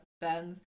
bends